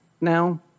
now